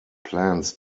plans